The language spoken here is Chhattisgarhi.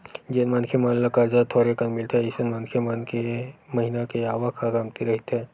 जेन मनखे मन ल करजा थोरेकन मिलथे अइसन मनखे मन के महिना के आवक ह कमती रहिथे